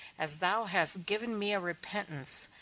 as thou hast given me a repentance,